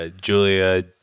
Julia